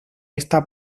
esta